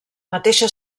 mateixa